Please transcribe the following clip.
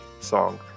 song